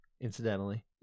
incidentally